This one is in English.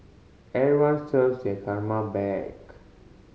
everyone serves their karma back